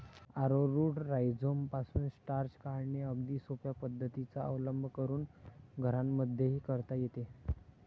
arrowroot राईझोमपासून starch काढणे अगदी सोप्या पद्धतीचा अवलंब करून घरांमध्येही करता येते